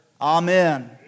Amen